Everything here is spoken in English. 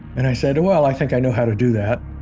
and i said, well, i think i know how to do that.